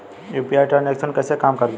UPI transaction कैसे काम करता है?